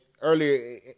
earlier